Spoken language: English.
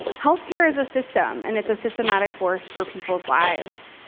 health care is a system, and it's a systematic force for people's lives.